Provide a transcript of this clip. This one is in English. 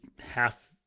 half